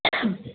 હા